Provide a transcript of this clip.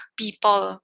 people